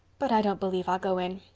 but i don't believe i'll go in.